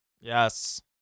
Yes